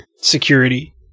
security